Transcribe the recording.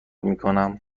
میکنم